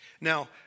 Now